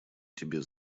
тебе